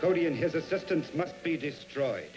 cody and his assistants must be destroyed